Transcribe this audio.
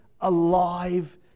alive